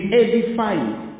edifying